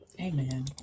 Amen